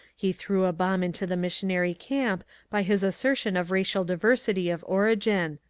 he threw a bomb into the missionary camp by his assertion of racial diversity of origin.